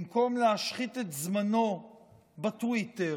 במקום להשחית את זמנו בטוויטר,